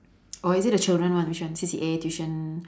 or is it the children one which one C_C_A tuition